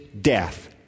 death